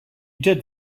did